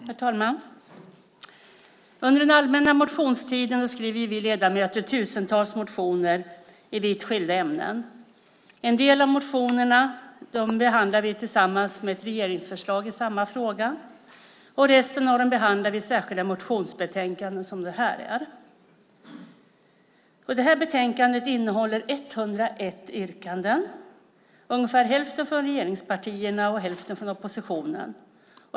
Herr talman! Under den allmänna motionstiden skriver vi ledamöter tusentals motioner i vitt skilda ämnen. En del av motionerna behandlar vi tillsammans med ett regeringsförslag i samma fråga. Resten av dem behandlar vi i särskilda motionsbetänkanden som det här. Det här betänkandet innehåller 101 yrkanden, ungefär hälften från regeringspartierna och hälften från oppositionen.